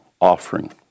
offering